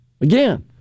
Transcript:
Again